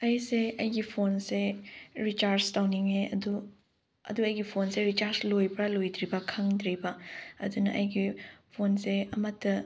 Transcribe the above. ꯑꯩꯁꯦ ꯑꯩꯒꯤ ꯐꯣꯟꯁꯦ ꯔꯤꯆꯥꯔꯖ ꯇꯧꯅꯤꯡꯉꯦ ꯑꯗꯨ ꯑꯗꯨ ꯑꯩꯒꯤ ꯐꯣꯟꯁꯦ ꯔꯤꯆꯥꯔꯖ ꯂꯣꯏꯕ꯭ꯔ ꯂꯣꯏꯗ꯭ꯔꯤꯕ ꯈꯪꯗ꯭ꯔꯤꯕ ꯑꯗꯨꯅ ꯑꯩꯒꯤ ꯐꯣꯟꯁꯦ ꯑꯃꯇ